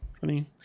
funny